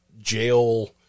jail